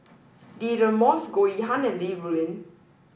Deirdre Moss Goh Yihan and Li Rulin